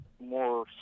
more